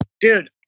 Dude